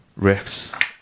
riffs